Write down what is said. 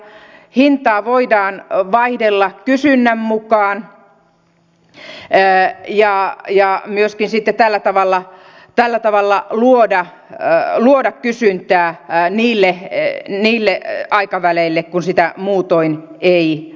hintaa voidaan vaihdella kysynnän mukaan ja myöskin sitten tällä tavalla luoda kysyntää niille aikaväleille kun sitä muutoin ei ole